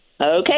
Okay